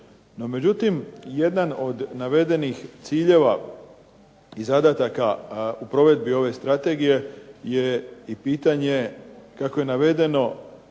međutim, jedan od navedenih ciljeva i zadataka u provedbi ove strategije je i pitanje kako je navedeno